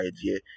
idea